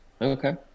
Okay